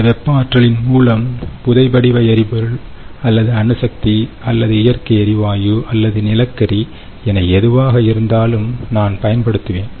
இந்த வெப்ப ஆற்றலின் மூலம் புதைபடிவ எரிபொருள் அல்லது அணுசக்தி அல்லது இயற்கை எரிவாயு அல்லது நிலக்கரி என எதுவாக இருந்தாலும் நான் பயன்படுத்துவேன்